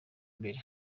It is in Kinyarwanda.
imbere